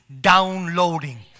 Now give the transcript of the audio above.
downloading